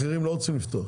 אחרים לא רוצים לפתוח.